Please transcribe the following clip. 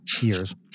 years